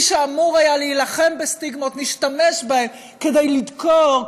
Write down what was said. מי שאמור היה להילחם בסטיגמות משתמש בהן כדי לדקור,